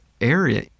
area